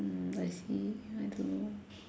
mm I see I don't know